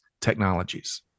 technologies